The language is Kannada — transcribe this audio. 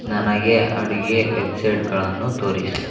ನನಗೆ ಅಡುಗೆ ವೆಬ್ಸೈಟ್ಗಳನ್ನು ತೋರಿಸು